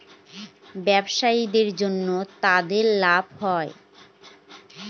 ব্যবসায়ীদের জন্য তাদের লাভ হয়